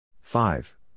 Five